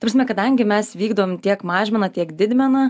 ta prasme kadangi mes vykdom tiek mažmeną tiek didmeną